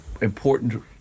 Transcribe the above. important